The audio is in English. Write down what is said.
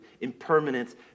impermanence